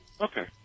Okay